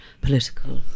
political